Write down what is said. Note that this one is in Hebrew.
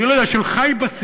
אני לא יודע, של "חי בסיוט".